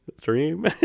dream